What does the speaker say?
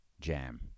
jam